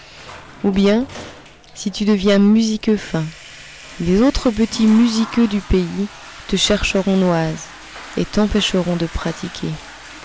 ou bien si tu deviens musiqueux fin les autres petits musiqueux du pays te chercheront noise et t'empêcheront de pratiquer